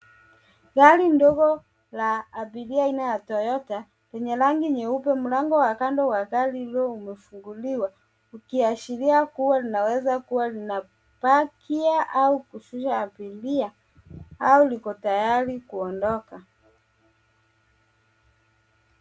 Yaani ndogo la abiria aina ya Toyota lenye rangi nyeupe mlango wa kando wa gari hilo umefunguliwa ukiashiria kuwa ninaweza kuwa ninapakia au kushusha abiria au liko tayari kuondoka.